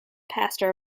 pastor